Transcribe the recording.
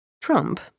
Trump